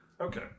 Okay